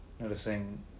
Noticing